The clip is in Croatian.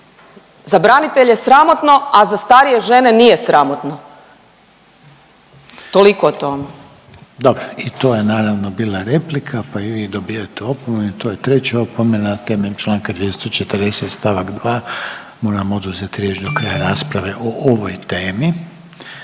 za branitelje je sramotno, a za starije žene nije sramotno. Toliko o tom. **Reiner, Željko (HDZ)** Dobro, i to je naravno bila replika, pa i vi dobijate opomenu i to je treća opomena. Temeljem čl. 240. st. 2. moram vam oduzet riječ do kraja rasprave o ovoj temi.